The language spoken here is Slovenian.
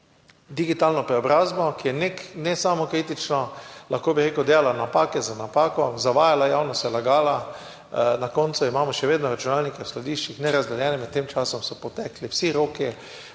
digitalno preobrazbo, ki je ne samokritično, lahko bi rekel, delala napake za napako, zavajala javnost, je lagala, na koncu imamo še vedno računalnike v skladiščih, ne razdeljene. Med tem časom so potekli vsi roki,